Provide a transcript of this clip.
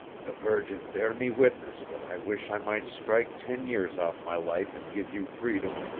the virgin bear me witness that i wish i might strike ten years off my life and give you freedom,